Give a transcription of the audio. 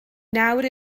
nawr